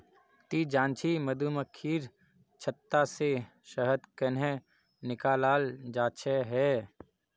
ती जानछि मधुमक्खीर छत्ता से शहद कंन्हे निकालाल जाच्छे हैय